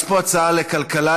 יש פה הצעה לכלכלה.